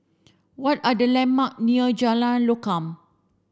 what are the landmark near Jalan Lokam